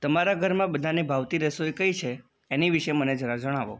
તમારાં ઘરમાં બધાને ભાવતી રસોઈ કઈ છે એની વિશે મને જરા જણાવો